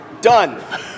Done